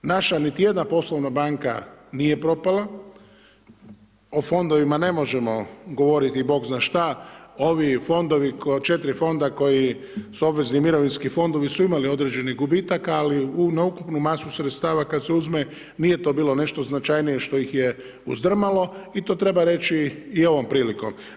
Naša niti jedna poslovna banka nije propala, o fondovima ne možemo govoriti bog zna šta, ovi fondovi koji, 4 fonda, koji su obvezni mirovinski fondovi su imalo određeni gubitaka, ali na ukupnu masu sredstava kad se uzmu, nije to bilo nešto značajnije što ih je uzdrmalo, i to treba reći i ovom prilikom.